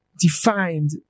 defined